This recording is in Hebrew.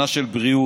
שנה של בריאות,